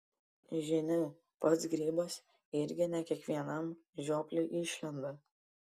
žinia pats grybas irgi ne kiekvienam žiopliui išlenda